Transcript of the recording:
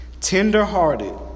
Tenderhearted